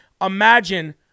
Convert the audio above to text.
imagine